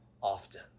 often